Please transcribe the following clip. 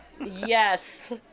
Yes